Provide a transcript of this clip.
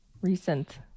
recent